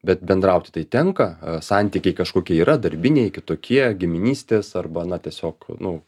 bet bendraut tai tenka santykiai kažkokie yra darbiniai kitokie giminystės arba na tiesiog nu